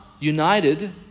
United